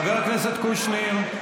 חבר הכנסת קושניר.